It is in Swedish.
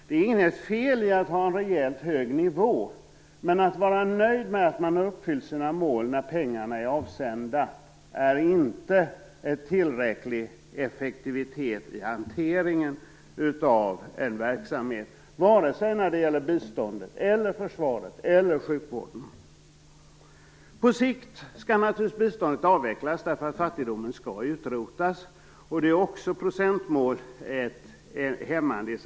Det är inget fel att ha en rejält hög nivå, men att vara nöjd med att man uppfyllt sina mål i och med att pengarna är avsända visar inte tillräcklig effektivitet i hanteringen av en verksamhet, vare sig det gäller bistånd, försvar eller sjukvård. På sikt skall naturligtvis biståndet avvecklas, därför att fattigdomen skall utrotas. Också i det sammanhanget är procentmålet hämmande.